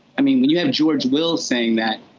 i mean, when you have george will saying that,